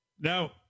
Now